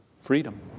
freedom